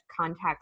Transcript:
context